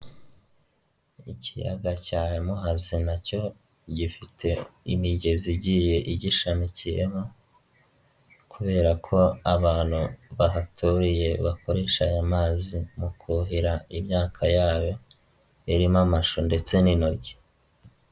Ikiyaga cya Muhazi na cyo gifite imigezi igiye igishamikiyeho, kubera ko abantu bahaturiye bakoresha aya mazi mu kuhira imyaka yabo, irimo amashu ndetse n'intoryi.